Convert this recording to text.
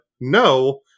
no